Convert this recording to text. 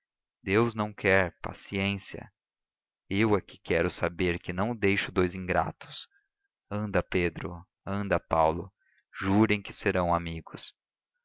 deus não quer paciência eu é que quero saber que não deixo dous ingratos anda pedro anda paulo jurem que serão amigos